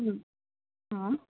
ಹ್ಞೂಂ ಹಾಂ